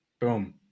Boom